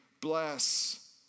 Bless